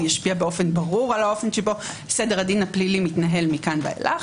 הוא ישפיע באופן ברור על האופן שבו סדר הדין הפלילי מתנהל מכאן ואילך.